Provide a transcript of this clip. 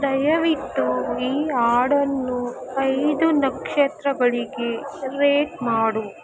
ದಯವಿಟ್ಟು ಈ ಹಾಡನ್ನು ಐದು ನಕ್ಷತ್ರಗಳಿಗೆ ರೇಟ್ ಮಾಡು